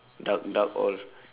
dark dark all